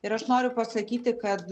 ir aš noriu pasakyti kad